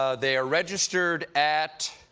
ah they're registered at.